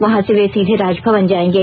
वहां से वे सीधे राजभवन जाएंगे